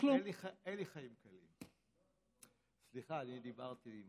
אין לי חיים, סליחה, אני דיברתי עם,